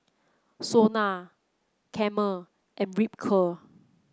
Sona Camel and Ripcurl